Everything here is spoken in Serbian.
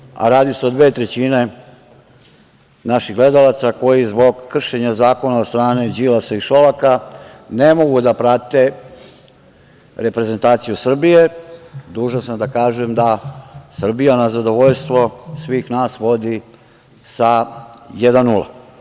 Dakle, onima, a radi se o dve trećine našeg gledalaca koji zbog ovog kršenja zakona od strane Đilasa i Šolaka ne mogu da prate reprezentaciju Srbije, dužan sam da kažem da Srbija na zadovoljstvo svih nas vodi sa jedan nula.